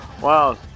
Wow